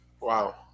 Wow